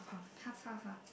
half half ah